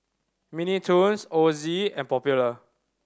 Mini Toons Ozi and Popular